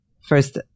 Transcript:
First